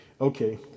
Okay